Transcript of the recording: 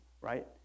right